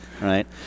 right